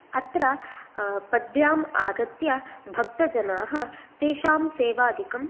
अत्र पद्भ्याम् आगत्य भक्तजनाः तेषां सेवादिकं